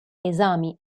esami